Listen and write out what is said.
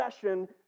session